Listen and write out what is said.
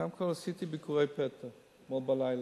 קודם כול, עשיתי ביקורי פתע אתמול בלילה.